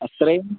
അത്രയും